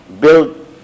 build